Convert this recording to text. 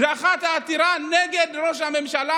דחה את העתירה נגד ראש הממשלה,